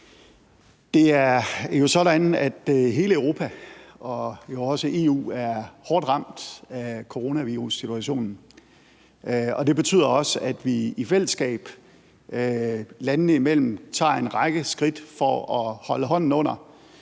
Det er jo sådan, at hele Europa og også EU er hårdt ramt af coronavirussituationen. Det betyder også, at vi i fællesskab landene imellem tager en række skridt for at holde hånden under